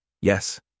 yes